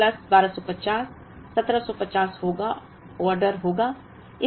तो 500 प्लस 1250 1750 होगा ऑर्डर होगा